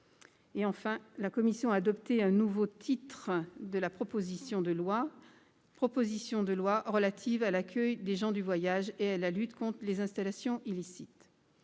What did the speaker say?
texte de la commission, modifié, l'ensemble de la proposition de loi relative à l'accueil des gens du voyage et à la lutte contre les installations illicites.